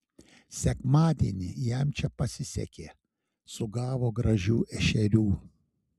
sekmadienį jam čia pasisekė sugavo gražių ešerių